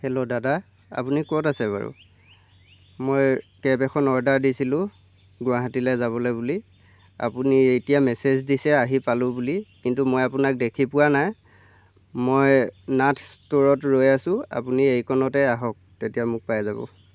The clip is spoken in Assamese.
হেল্ল' দাদা আপুনি ক'ত আছে বাৰু মই কেব এখন অৰ্ডাৰ দিছিলোঁ গুৱাহাটীলৈ যাবলৈ বুলি আপুনি এতিয়া মেছেজ দিছে আহি পালোঁ বুলি কিন্তু মই আপোনাক দেখি পোৱা নাই মই নাথ ষ্ট'ৰত ৰৈ আছোঁ আপুনি এইকণলৈ আহওক তেতিয়া মোক পাই যাব